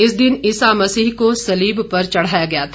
इस दिन ईसा मसीह को सलीब पर चढ़ाया गया था